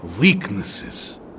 weaknesses